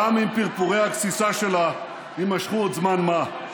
גם אם פרפורי הגסיסה שלה יימשכו עוד זמן מה.